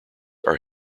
are